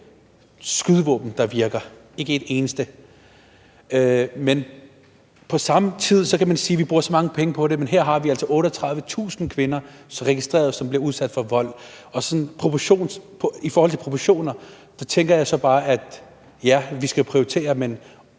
skydevåben, der virker – ikke et eneste. Men man kan på samme tid sige, at vi bruger så mange penge på det, men her har vi altså 38.000 kvinder, hvor vi har registreret, de bliver udsat for vold. I forhold til proportionerne tænker jeg så bare, at vi jo skal prioritere, men